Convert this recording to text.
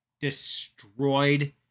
destroyed